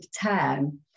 term